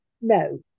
no